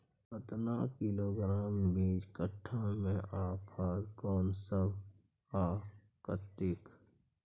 केतना किलोग्राम बीज कट्ठा मे आ खाद कोन सब आ कतेक?